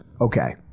okay